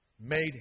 Made